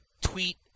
Tweet